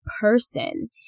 person